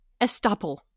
Estoppel